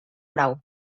grau